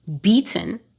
beaten